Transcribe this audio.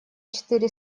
четыре